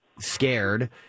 scared